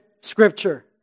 Scripture